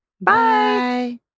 Bye